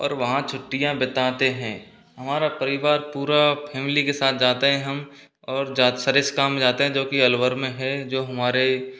और वहाँ छुट्टियाँ बिताते हैं हमारा परिवार पूरी फैमिली के साथ जाते हैं हम और जात सरिस्का में जाते हैं जो कि अलवर में है जो हमारे